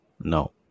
No